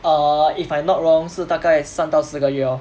err if I'm not wrong 是大概三到四个月 lor